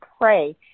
pray